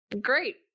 Great